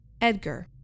edgar